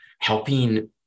helping